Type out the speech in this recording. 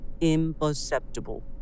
imperceptible